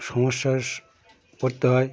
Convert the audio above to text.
সমস্যায় পড়তে হয়